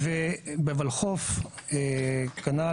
בוולחו"פ כנ"ל,